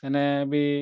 ସେନେ ବି